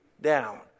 down